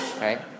right